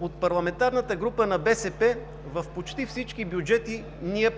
От парламентарната група на БСП в почти всички бюджети